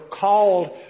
called